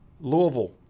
Louisville